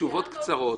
תשובות קצרות.